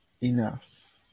Enough